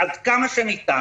עד כמה שניתן,